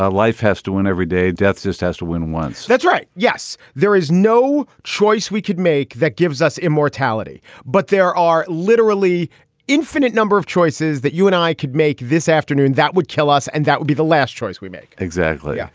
ah life has to win every day. death just has to win once that's right. yes. there is no choice we could make. that gives us immortality. but there are literally infinite number of choices that you and i could make this afternoon that would kill us. and that would be the last choice we make. exactly. yeah